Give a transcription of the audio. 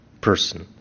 person